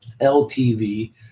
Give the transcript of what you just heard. LTV